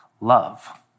love